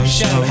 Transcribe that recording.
show